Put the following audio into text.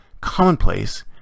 commonplace